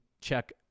check